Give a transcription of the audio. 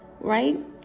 Right